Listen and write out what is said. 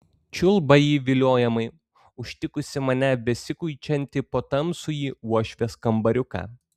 čiulba ji viliojamai užtikusi mane besikuičiantį po tamsųjį uošvės kambariuką